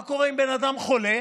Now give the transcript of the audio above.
מה קורה עם בן אדם חולה?